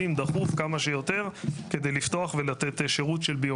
חייבים דחוף כמה שיותר כדי לפתוח ולתת שירות של ביומטרי.